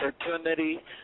opportunity